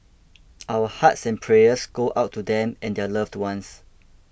our hearts and prayers go out to them and their loved ones